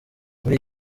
muri